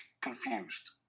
confused